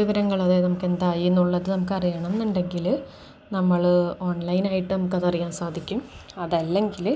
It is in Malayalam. വിവരങ്ങൾ അതായത് നമുക്ക് എന്തായിയെന്നുള്ളത് നമുക്കറിയണമെന്നുണ്ടെങ്കില് നമ്മള് ഓൺലൈനായിട്ട് നമുക്കതറിയാൻ സാധിക്കും അതല്ലെങ്കില്